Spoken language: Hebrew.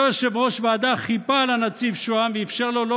אותו יושב-ראש ועדה חיפה על הנציב שוהם ואפשר לו לא